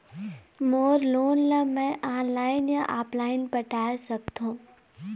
मोर loan ला मैं online या ऑफलाइन पटाए सकथों?